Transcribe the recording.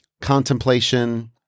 contemplation